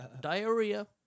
diarrhea